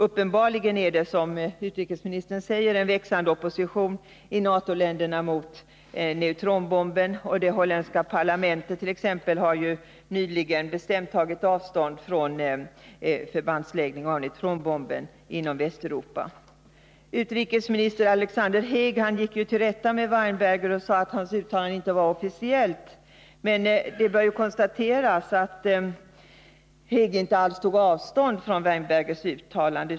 Uppenbarligen finns det, som utrikesministern säger, en växande opposition i NATO-länderna mot neutronbomben. Så har t.ex. det holländska parlamentet nyligen bestämt tagit avstånd från förbandsläggning av neutronbomben i Västeuropa. Utrikesminister Alexander Haig gick den 6 februari till rätta med Weinberger och sade att Weinbergers uttalande inte var ett officiellt sådant. Men det bör noteras att Haig inte alls tog avstånd från Weinbergers uttalande.